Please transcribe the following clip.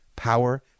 power